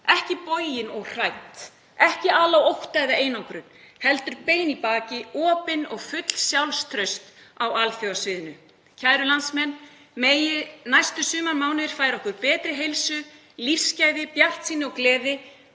Ekki bogin og hrædd, ekki ala á ótta og einangrun, heldur standa bein í baki, opin og full sjálfstrausts á alþjóðasviðinu. Kæru landsmenn. Megi næstu sumarmánuðir færa okkur betri heilsu, lífsgæði, bjartsýni og gleði